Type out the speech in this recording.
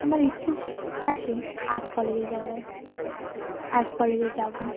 আমার ইচ্ছা আছে আর্ট কলেজে যাওয়ার আর্ট কলেজে যাবো